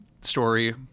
story